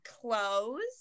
clothes